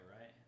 right